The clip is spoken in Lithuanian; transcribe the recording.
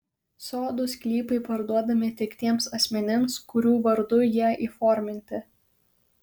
sodų sklypai parduodami tik tiems asmenims kurių vardu jie įforminti